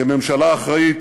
כממשלה אחראית,